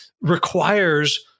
requires